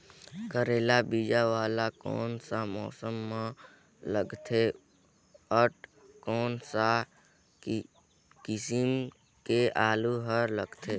करेला बीजा वाला कोन सा मौसम म लगथे अउ कोन सा किसम के आलू हर होथे?